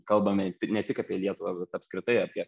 kalbame ne tik apie lietuvą bet apskritai apie